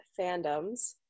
fandoms